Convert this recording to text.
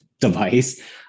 device